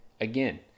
Again